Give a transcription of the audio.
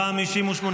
נתקבל.